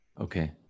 Okay